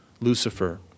Lucifer